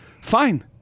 Fine